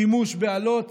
שימוש באלות